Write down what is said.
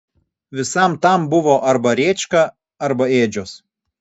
visam tam buvo arba rėčka arba ėdžios